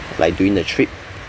like during the trip